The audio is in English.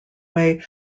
way